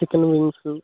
chicken wings